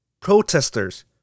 Protesters